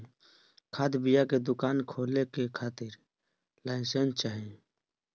खाद बिया के दुकान खोले के खातिर लाइसेंस चाही